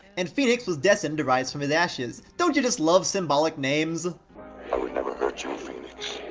and phoenix was destined to rise from his ashes. don't you just love symbolic names? i would never hurt you, phoenix.